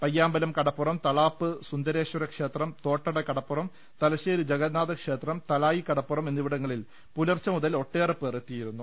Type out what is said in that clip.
പയ്യാമ്പലം കടപ്പുറം തളാപ്പ് സുന്ദരേശ്വര ക്ഷേത്രം തോട്ടട കട പ്പുറം തലശ്ശേരി ജഗന്നാഥക്ഷേത്രം തലായി കടപ്പുറം എന്നിവിട ങ്ങളിൽ പുലർച്ചെ മുതൽ ഒട്ടേറെപേർ എത്തിയിരുന്നു